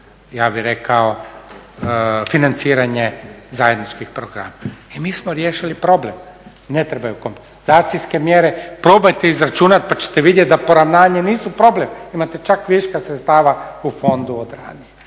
ja bih rekao financiranje zajedničkih programa. I mi smo riješili problem, ne trebaju kompenzacijske mjere. Probajte izračunati pa ćete vidjeti da poravnanja nisu problem, imate čak viška sredstava u fondu od ranije,